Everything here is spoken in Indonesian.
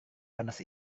panas